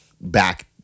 back